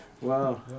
Wow